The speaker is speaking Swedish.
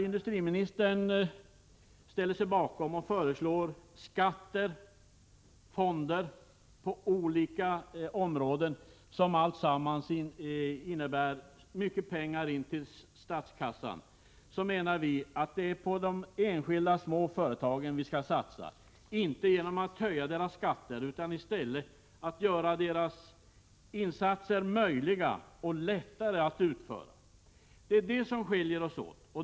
Industriministern föreslår och ställer sig bakom skatter och fonder på olika områden som allesammans innebär mycket pengar till statskassan, medan vi menar att vi skall satsa på de enskilda små företagen, inte genom att höja deras skatter, utan genom att i stället förenkla för dem och möjliggöra deras insatser. Det är det som skiljer oss åt.